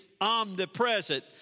omnipresent